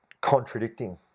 contradicting